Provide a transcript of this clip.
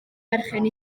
berchen